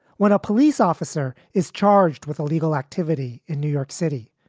when a police officer is charged with illegal activity in new york city,